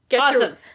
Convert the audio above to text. Awesome